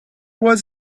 was